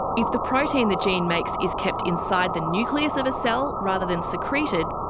if the protein the gene makes is kept inside the nucleus of a cell rather than secreted,